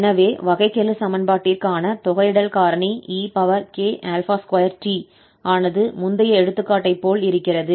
எனவே வகைக்கெழு சமன்பாட்டிற்கான தொகையிடல் காரணி ek2t ஆனது முந்தைய எடுத்துக்காட்டைப் போல் இருக்கிறது